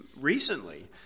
recently